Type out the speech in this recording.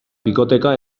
bikoteka